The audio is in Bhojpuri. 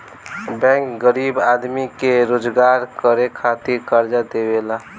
बैंक गरीब आदमी के रोजगार करे खातिर कर्जा देवेला